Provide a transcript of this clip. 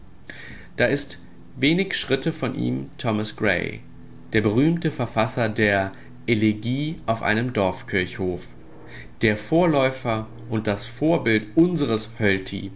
da ist wenig schritte von ihm thomas gray der berühmte verfasser der elegie auf einem dorfkirchhof der vorläufer und das vorbild unseres